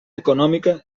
econòmica